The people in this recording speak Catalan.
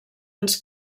ens